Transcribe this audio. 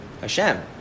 Hashem